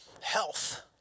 health